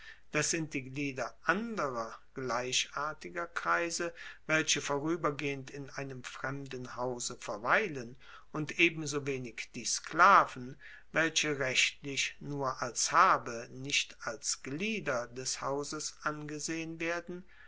das sind die glieder anderer gleichartiger kreise welche voruebergehend in einem fremden hause verweilen und ebensowenig die sklaven welche rechtlich nur als habe nicht als glieder des hauses angesehen werden